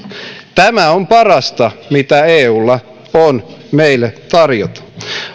tämä on parasta mitä eulla on meille tarjota